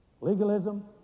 Legalism